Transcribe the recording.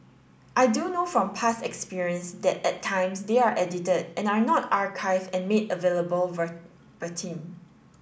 I do know from past experience that at times they are edited and are not archived and made available verbatim